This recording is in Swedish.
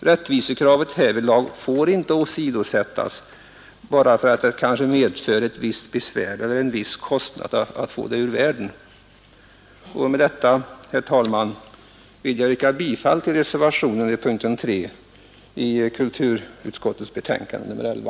Rättvisekravet får inte åsidosättas bara för att det kanske medför ett visst besvär eller en viss kostnad att få det ur världen. Med detta vill jag, herr talman, yrka bifall till reservationen vid punkten 3 i kulturutskottets betänkande nr 11.